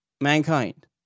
mankind